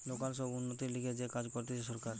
local সব উন্নতির লিগে যে কাজ করতিছে সরকার